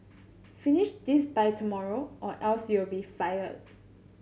finish this by tomorrow or else you'll be fired